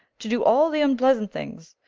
to do all the unpleasant things.